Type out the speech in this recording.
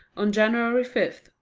on january five,